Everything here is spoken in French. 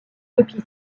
copie